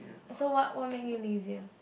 so what what make you lazier